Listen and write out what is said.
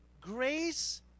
Grace